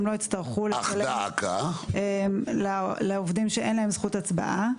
לא יצטרכו לשלם לעובדים שאין להם זכות הצבעה,